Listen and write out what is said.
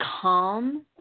calm